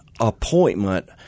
appointment